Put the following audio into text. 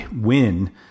win